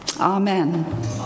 Amen